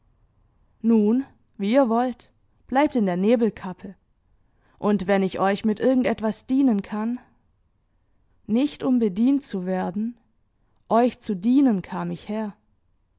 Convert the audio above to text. nun wie ihr wollt bleibt in der nebelkappe und wenn ich euch mit irgend etwas dienen kann nicht um bedient zu werden euch zu dienen kam ich her